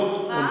מה?